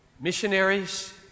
Missionaries